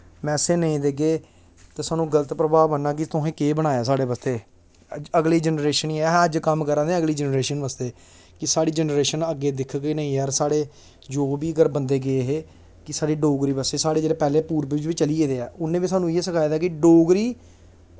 message नेईं देगे ते सानूं गलत प्रभाव बनना कि तुसें केह् बनाया साढ़े बास्तै अगली जेनरेशन गी असें अज्ज कम्म करा दे आं अगली जेनरेशन बास्तै कि साढ़ी जेनरेशन अग्गें दिखग कि नेईं यार साढ़े जो बी कर बंदे गे हे कि साढ़ी डोगरी बास्तै साढ़े जेह्ड़े पैह्लें पुर्वज बी चली गेदे ऐ उ'न्नें बी सानूं इ'यै सखाए दा कि डोगरी